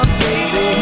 baby